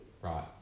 Right